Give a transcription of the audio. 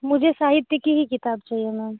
मुझे साहित्य की ही किताब चाहिए मैम